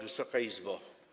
Wysoka Izbo!